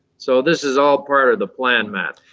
so this is all part of the plan, matt.